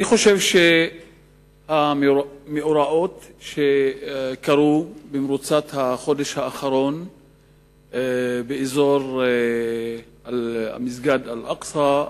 אני חושב שהמאורעות שקרו במרוצת החודש האחרון באזור מסגד אל-אקצא,